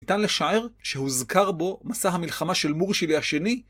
ניתן לשער שהוזכר בו מסע המלחמה של מורשלי השני.